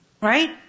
Right